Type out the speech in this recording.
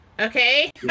Okay